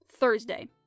thursday